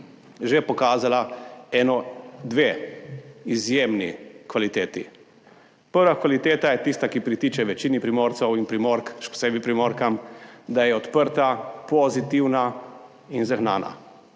že pokazala eno, dve izjemni kvaliteti. Prva kvaliteta je tista, ki pritiče večini Primorcev in Primork, še posebej Primorkam, da je odprta, pozitivna in zagnana.